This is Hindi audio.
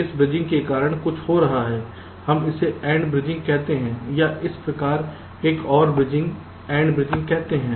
इस ब्रिजिंग के कारण कुछ हो रहा है हम इसे AND ब्रिजिंग कहते हैं या इस प्रकार एक OR ब्रिजिंग AND ब्रिजिंग कहते हैं